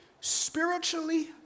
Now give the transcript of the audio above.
spiritually